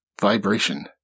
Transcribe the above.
vibration